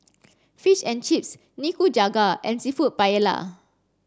Fish and Chips Nikujaga and Seafood Paella